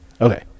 Okay